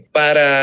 para